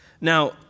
Now